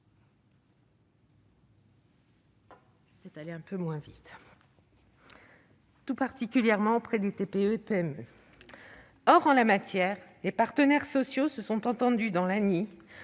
tout particulièrement auprès des TPE et PME. Or, en la matière, les partenaires sociaux se sont rejoints, dans le cadre